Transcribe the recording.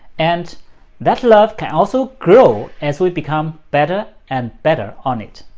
and that love can also grow as we become better and better on it.